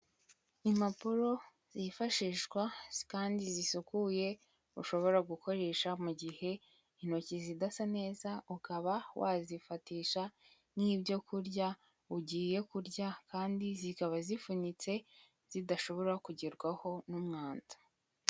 Impapuro zifashishwa kandi zisukuye, ushobora gukoresha mu gihe intoki zidasa neza, ukaba wazifatisha nk'ibyo kurya ugiye kurya, kandi zikaba zifunitse, zidashobora kugerwaho n'umwanda.